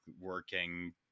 working